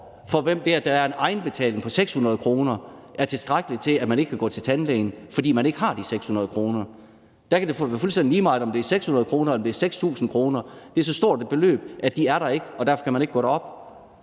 det, at der er en egenbetaling på 600 kr., er tilstrækkeligt til, at man ikke vil gå til tandlægen, fordi man ikke har de 600 kr. Der kan det være fuldstændig lige meget, om det er 600 kr., eller om det er 6.000 kr. – det er så stort et beløb, at man ikke har det, og derfor kan man ikke gå derop.